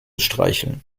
streicheln